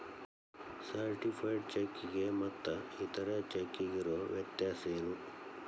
Certified ಚೆಕ್ಕಿಗೆ ಮತ್ತ್ ಇತರೆ ಚೆಕ್ಕಿಗಿರೊ ವ್ಯತ್ಯಸೇನು?